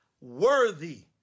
worthy